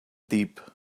deep